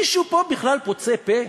מישהו פה בכלל פוצה פה?